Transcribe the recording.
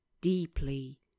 deeply